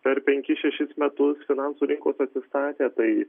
per penkis šešis metus finansų rinkos atsistatė tai